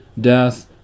death